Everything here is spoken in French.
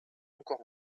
encore